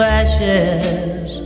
ashes